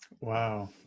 Wow